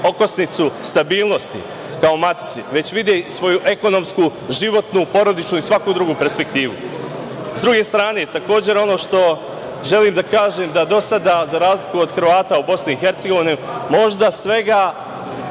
okosnicu stabilnosti, kao matici, već vide i svoju ekonomsku, životnu, porodičnu i svaku drugu perspektivu.S druge strane, takođe ono što želim da kažem, da do sada, za razliku od Hrvata u Bosni